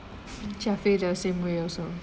feel the same way also